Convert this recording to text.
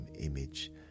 image